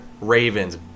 Ravens